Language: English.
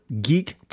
GEEK